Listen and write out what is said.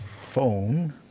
phone